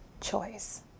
choice